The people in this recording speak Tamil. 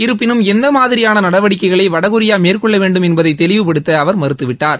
இருப்பினும் எந்த மாதிரியான நடவடிக்கைகளை வடகொரியா மேற்கொள்ள வேண்டும் என்பதை தெளிவுபடுத்த அவர் மறுத்துவிட்டார்